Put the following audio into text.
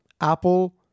Apple